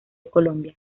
colombia